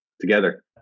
together